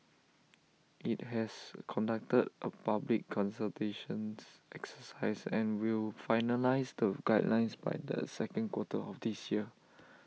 IT has conducted A public consultations exercise and will finalise the guidelines by the second quarter of this year